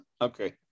Okay